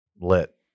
Lit